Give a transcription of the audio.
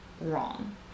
wrong